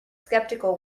skeptical